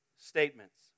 statements